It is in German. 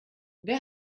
wer